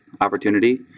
opportunity